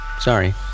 Sorry